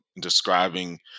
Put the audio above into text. describing